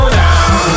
down